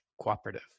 cooperative